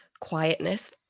quietness